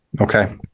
okay